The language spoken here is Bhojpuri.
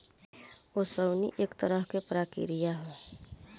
ओसवनी एक तरह के प्रक्रिया ह